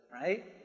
right